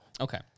Okay